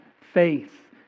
faith